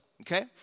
okay